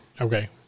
Okay